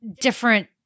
different